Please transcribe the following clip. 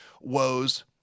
woes